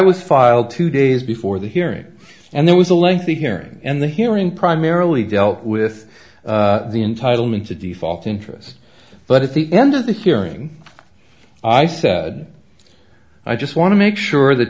was filed two days before the hearing and there was a lengthy hearing and the hearing primarily dealt with the entitlements a default interest but at the end of this hearing i said i just want to make sure th